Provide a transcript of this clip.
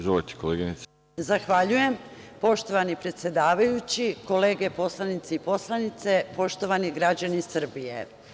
Zahvaljujem, poštovani predsedavajući, kolege poslanici i poslanice, poštovani građani Srbije.